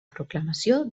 proclamació